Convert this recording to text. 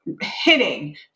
hitting